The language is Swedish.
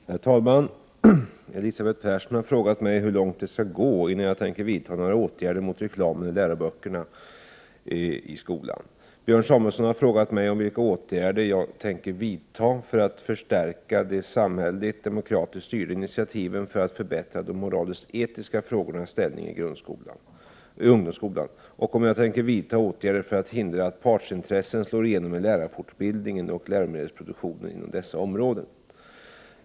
Herr talman! Elisabeth Persson har frågat mig hur långt det skall gå innan jag tänker vidta några åtgärder mot reklamen i läroböckerna och skolan. Björn Samuelson har frågat mig om vilka åtgärder jag tänker vidta för att förstärka de samhälleligt, demokratiskt styrda initiativen för att förbättra de moralisk-etiska frågornas ställning i ungdomsskolan och om jag tänker vidta åtgärder för att hindra att partsintressen slår igenom i lärarfortbildning och läromedelsproduktion inom dessa områden.